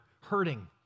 hurting